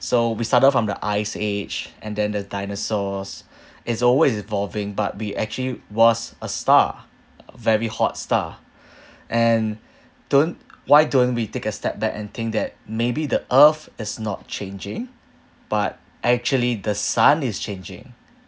so we started from the ice age and then the dinosaurs it's always evolving but we actually was a star uh very hot star and don't why don't we take a step back and think that maybe the earth is not changing but actually the sun is changing